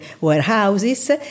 warehouses